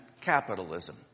capitalism